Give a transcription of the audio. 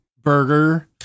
Burger